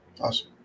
awesome